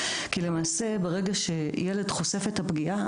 כי למעשה ברגע שילד חושף את הפגיעה,